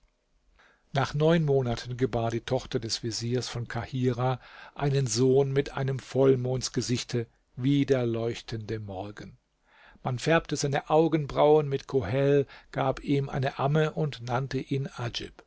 nach neun monaten gebar die tochter des veziers von kahirah einen sohn mit einem vollmondsgesichte wie der leuchtende morgen man färbte seine augenbrauen mit kohel gab ihm eine amme und nannte ihn